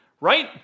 right